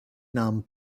namens